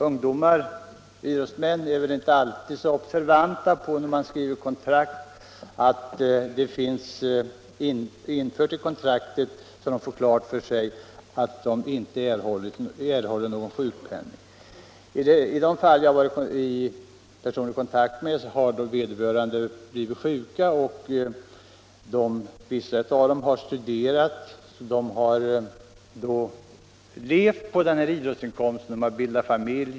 Ungdomar är väl inte alltid så observanta när de skriver kontrakt att de får klart för sig att de inte erhåller någon sjukpenning. I vissa av de fall som jag har varit i personlig kontakt med har vederbörande blivit sjuka. Några av dessa idrottsmän har studerat, och de har bildat familj och då levt på idrottsinkomsten.